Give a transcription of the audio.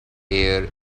air